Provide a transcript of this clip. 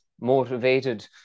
motivated